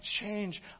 change